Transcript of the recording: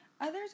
Others